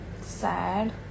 sad